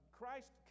Christ